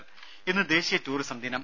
രും ഇന്ന് ദേശീയ ടൂറിസം ദിനം